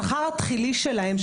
השכר ההתחלתי שלהם,